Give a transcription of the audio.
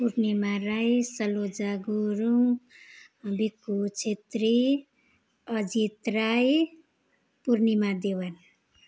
Purnima Rai Saloja Gurung Biku Chhetri Ajit Rai Purnima Dewan